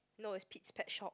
no is pete's pet shop